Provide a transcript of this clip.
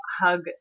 hug